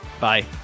Bye